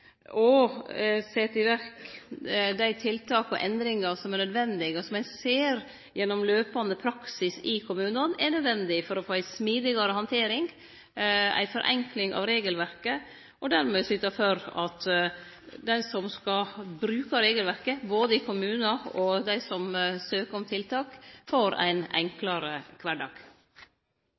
og set i verk dei tiltaka og endringane som er nødvendige og som ein ser, gjennom praksisen i kommunane, er nødvendige, for å få ei smidigare handtering og forenkling av regelverket og dermed syte for at dei som skal bruke regelverket, både kommunane og dei som søkjer om tiltak, får ein enklare kvardag.